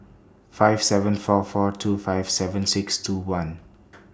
five seven four four two five seven six two one